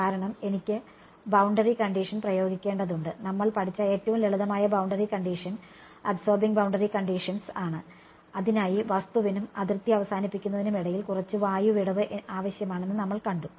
കാരണം എനിക്ക് boundary condition പ്രയോഗിക്കേണ്ടതുണ്ട് നമ്മൾ പഠിച്ച ഏറ്റവും ലളിതമായ boundary condition absorbing boundary conditions ആണ് അതിനായി വസ്തുവിനും അതിർത്തി അവസാനിപ്പിക്കുന്നതിനും ഇടയിൽ കുറച്ച് വായു വിടവ് ആവശ്യമാണെന്ന് നമ്മൾ കണ്ടു